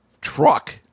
truck